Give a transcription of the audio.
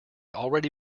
already